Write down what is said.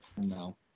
No